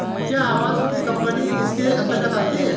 क्या आवास वित्त कंपनी इसके अन्तर्गत आती है?